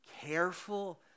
careful